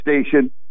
station